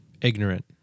ignorant